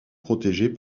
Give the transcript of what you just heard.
protégées